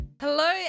Hello